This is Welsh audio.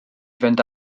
fynd